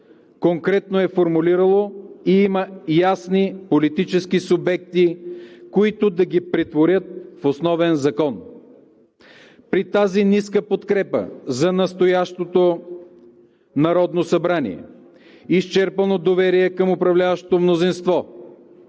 конкретно е формулирало и има ясни политически субекти, които да ги претворят в Основен закон. При тази ниска подкрепа за настоящото Народно събрание, изчерпано доверие към управляващото мнозинство